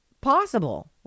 possible